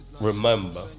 remember